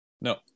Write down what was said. no